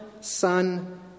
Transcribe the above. son